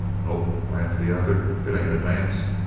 nope, laughed the other. it ain't a dance.